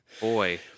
boy